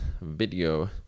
video